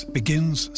begins